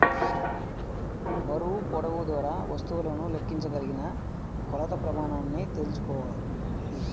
బరువు, పొడవు ద్వారా వస్తువులను లెక్కించగలిగిన కొలత ప్రమాణాన్ని తెల్సుకోవాలి